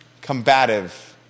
combative